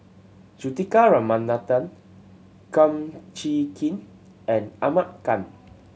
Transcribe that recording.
Juthika Ramanathan Kum Chee Kin and Ahmad Khan